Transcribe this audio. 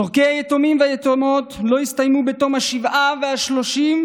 צורכי היתומים והיתומות לא יסתיימו בתום השבעה והשלושים,